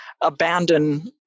abandon